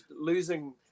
losing